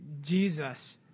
Jesus